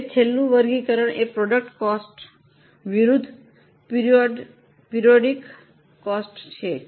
હવે છેલ્લું વર્ગીકરણ એ પ્રોડક્ટ કોસ્ટ વિરુદ્ધ પિરિઓડ કોસ્ટ છે